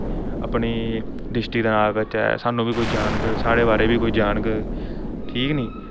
अपनी डिस्ट्रिक्ट दा नांऽ अग्गें करचै सानू बी कोई जानग साढ़े बारै ई बी कोई जानग ठीक नी